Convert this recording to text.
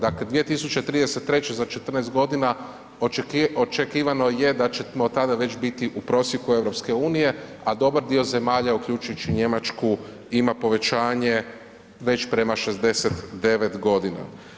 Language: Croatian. Dakle 2033. za 14 godina očekivano je da ćemo tada već biti u prosjeku EU a dobar dio zemalja uključuju i Njemačku ima povećanje već prema 69 godina.